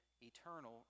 eternal